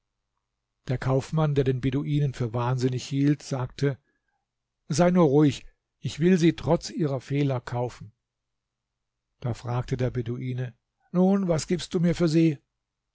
der kaufmann der den beduinen für wahnsinnig hielt sagte sei nur ruhig ich will sie trotz ihrer fehler kaufen da fragte der beduine nun was gibst du mir für sie